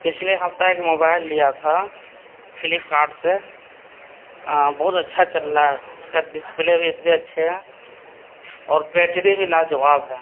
پچھلے ہفتہ ایک موبائل ليا تھا فلپكارٹ سے بہت اچّھا چل رہا ہے اس كا ڈسپلے بھى اتنے اچّھے ہيں اور بيٹرى بھى لاجواب ہے